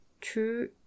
true